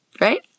right